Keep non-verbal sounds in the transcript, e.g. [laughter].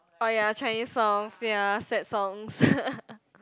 oh ya Chinese songs ya sad songs [laughs]